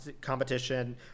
competition